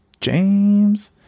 James